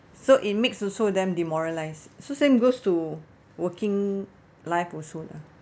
so it makes also them demoralised so same goes to working life also lah